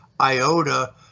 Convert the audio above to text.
iota